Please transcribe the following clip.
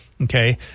Okay